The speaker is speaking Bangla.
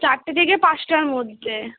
চারটে থেকে পাঁচটার মধ্যে